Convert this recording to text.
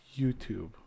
YouTube